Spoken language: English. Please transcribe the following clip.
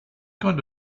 kind